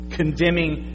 condemning